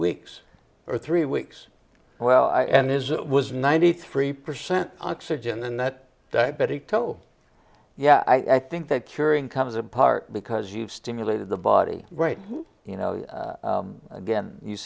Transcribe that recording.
weeks or three weeks well and is was ninety three percent oxygen and that diabetic toe yeah i think that curing comes apart because you've stimulated the body right you know again you